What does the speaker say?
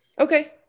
Okay